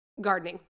gardening